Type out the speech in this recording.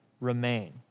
remain